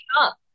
up